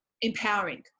empowering